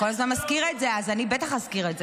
אני כל הזמן חושבת --- אני פוחדת מעליזה.